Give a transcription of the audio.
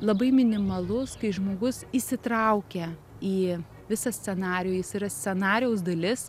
labai minimalus kai žmogus įsitraukia į visą scenarijų jis yra scenarijaus dalis